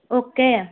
okay